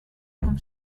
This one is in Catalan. com